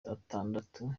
atandatu